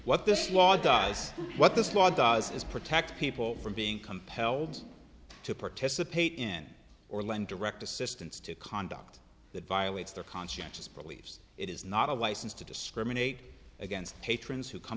what this law does what this law does is protect people from being compelled to participate in or lend direct assistance to conduct that violates their conscientious beliefs it is not a license to discriminate against patrons who come